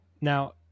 now